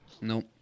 Nope